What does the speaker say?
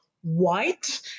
white